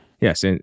Yes